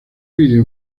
vídeo